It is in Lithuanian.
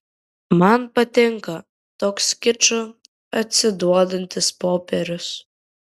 man patinka toks kiču atsiduodantis popierius